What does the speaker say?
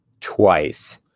twice